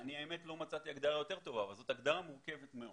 האמת שלא מצאתי הגדרה יותר טובה אבל זאת הגדרה מורכבת מאוד.